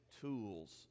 tools